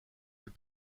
fait